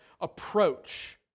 approach